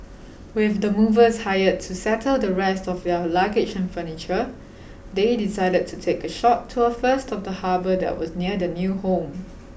with the movers hired to settle the rest of their luggage and furniture they decided to take a short tour first of the harbour that was near their new home